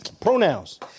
pronouns